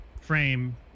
frame